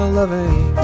loving